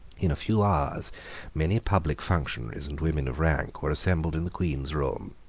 in a few hours many public functionaries and women of rank were assembled in the queen's room.